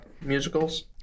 musicals